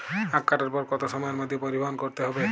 আখ কাটার পর কত সময়ের মধ্যে পরিবহন করতে হবে?